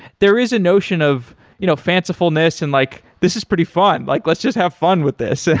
there is a notion of you know fancifulness and like, this is pretty fun. like let's just have fun with this.